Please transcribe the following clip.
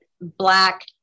Black